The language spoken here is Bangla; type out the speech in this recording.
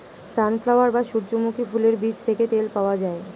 সানফ্লাওয়ার বা সূর্যমুখী ফুলের বীজ থেকে তেল পাওয়া যায়